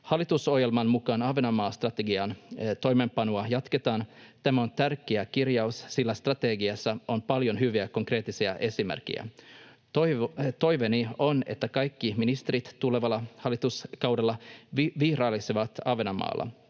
Hallitusohjelman mukaan Ahvenanmaa-strategian toimeenpanoa jatketaan. Tämä on tärkeä kirjaus, sillä strategiassa on paljon hyviä, konkreettisia esimerkkejä. Toiveeni on, että kaikki ministerit tulevalla hallituskaudella vierailisivat Ahvenanmaalla.